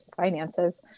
finances